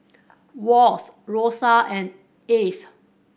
Wash Rosa and Ace